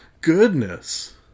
goodness